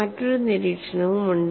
മറ്റൊരു നിരീക്ഷണവുമുണ്ട്